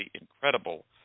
incredible